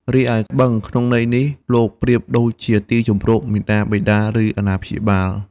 រីឯបឹង ក្នុងន័យនេះ លោកប្រៀបដូចជាទីជម្រក មាតាបិតា ឬអាណាព្យាបាល។